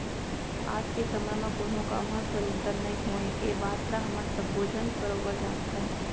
आज के समे म कोनों काम ह सरोत्तर नइ होवय ए बात ल हमन सब्बो झन बरोबर जानथन